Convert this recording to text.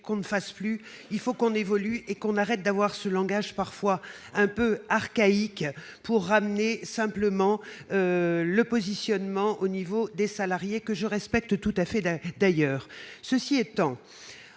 qu'on ne fasse plus, il faut qu'on évolue et qu'on arrête d'avoir ce langage parfois un peu archaïque pour ramener simplement le positionnement au niveau des salariés que je respecte tout à fait d'un d'ailleurs, ceci étant,